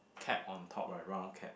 cap on top right round cap